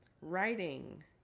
writing